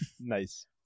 Nice